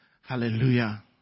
Hallelujah